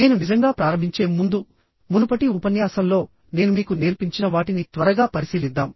నేను నిజంగా ప్రారంభించే ముందు మునుపటి ఉపన్యాసంలో నేను మీకు నేర్పించిన వాటిని త్వరగా పరిశీలిద్దాం